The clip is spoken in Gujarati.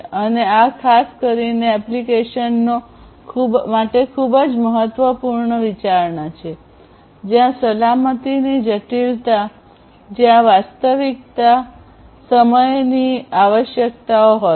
અને આ ખાસ કરીને એપ્લિકેશનો માટે ખૂબ જ મહત્વપૂર્ણ વિચારણા છે જ્યાં સલામતીની જટિલતા જ્યાં વાસ્તવિક સમયની આવશ્યકતાઓ હોય છે